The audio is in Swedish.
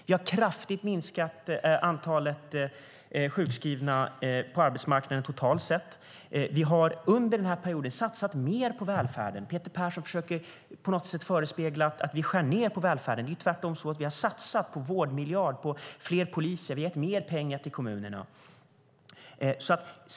Vi har kraftigt minskat antalet sjukskrivna på arbetsmarknaden totalt sett. Vi har under denna period satsat mer på välfärden. Peter Persson försöker på något sätt förespegla att vi skär ned på välfärden. Det är tvärtom så att vi har satsat på en vårdmiljard och på fler poliser. Vi har gett mer pengar till kommunerna.